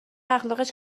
اخلاقش